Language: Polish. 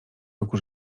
roku